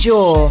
Jaw